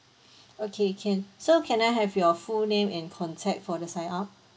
okay can so can I have your full name and contact for the sign up